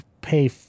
pay